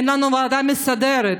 אין לנו ועדה מסדרת,